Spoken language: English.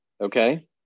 Okay